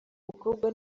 mukobwa